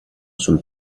sul